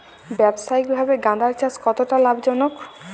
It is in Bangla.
ব্যবসায়িকভাবে গাঁদার চাষ কতটা লাভজনক?